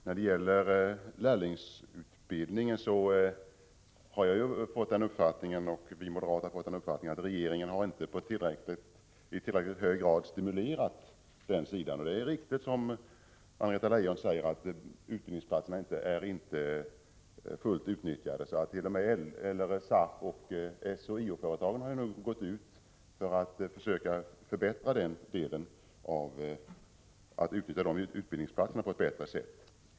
Herr talman! Beträffande lärlingsutbildningen har vi moderater fått den uppfattningen att regeringen inte stimulerat den verksamheten i tillräckligt hög grad. Anna-Greta Leijon säger att utbildningsplatserna inte är fullt utnyttjade. Det är riktigt. T. o. m. LRF-, SAF och SHIO-företagen försöker därför nu åstadkomma förbättringar när det gäller att bättre utnyttja utbildningsplatserna.